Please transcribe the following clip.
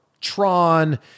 Tron